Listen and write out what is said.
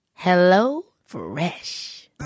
HelloFresh